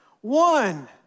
one